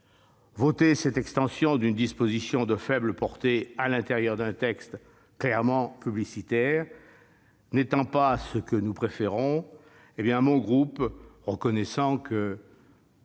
Voter cette extension d'une disposition de faible portée à l'intérieur d'un texte clairement publicitaire n'étant pas ce que nous préférons, mon groupe, reconnaissant qu'il